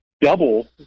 double